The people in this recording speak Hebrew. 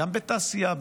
גם בתעשייה,